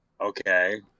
Okay